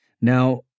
Now